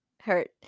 Hurt